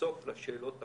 בסוף לשאלות אחדות,